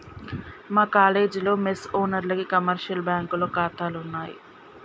మా కాలేజీలో మెస్ ఓనర్లకి కమర్షియల్ బ్యాంకులో ఖాతాలున్నయ్